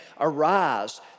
Arise